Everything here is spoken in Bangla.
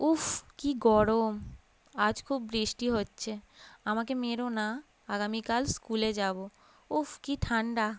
উফ কী গরম আজ খুব বৃষ্টি হচ্ছে আমাকে মেরো না আগামীকাল স্কুলে যাব উফ কী ঠান্ডা